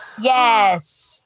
Yes